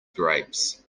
grapes